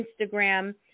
Instagram